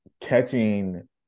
catching